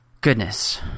goodness